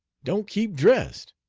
don't keep dressed.